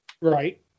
Right